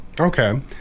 okay